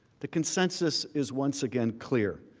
the consensus is once again clear.